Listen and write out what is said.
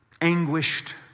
anguished